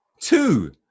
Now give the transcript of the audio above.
Two